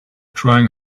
trying